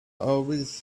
always